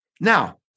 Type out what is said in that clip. Now